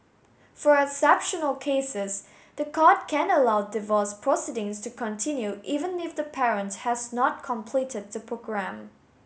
for exceptional cases the court can allow divorce proceedings to continue even if the parent has not completed the programme